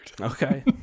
Okay